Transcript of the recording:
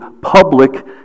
public